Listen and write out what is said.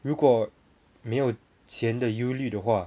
如果没有钱的忧虑的话